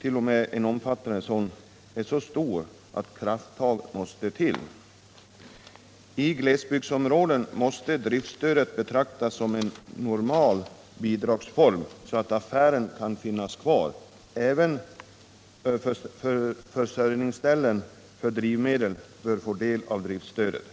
i en omfattning som är så stor att krafttag måste till. I glesbygdsområden måste driftsstöden betraktas som en normal bidragsform, så att affären kan finnas kvar. Även försörjningsställen för drivmedel bör få del av driftsstödet.